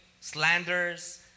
slanders